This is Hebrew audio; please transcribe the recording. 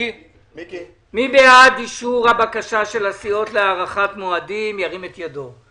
מי בעד אישור בקשת הסיעות להארכת מועדים ירים את ידו.